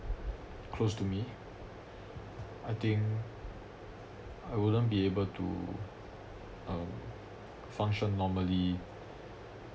close to me I think I wouldn't be able to um function normally